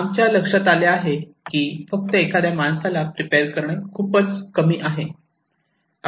आमच्या लक्षात आले आहे की फक्त एखाद्या माणसाला प्रिपेअर करणे खूपच कमी आहे